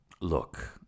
Look